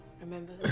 Remember